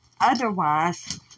Otherwise